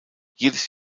jedes